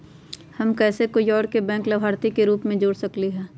हम कैसे कोई और के बैंक लाभार्थी के रूप में जोर सकली ह?